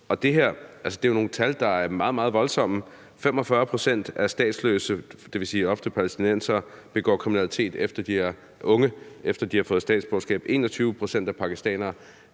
er jo nogle tal, der er meget, meget voldsomme. 45 pct. af unge statsløse, dvs. ofte palæstinensere, begår kriminalitet, efter de har fået statsborgerskab, 21 pct. af pakistanere.